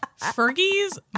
Fergie's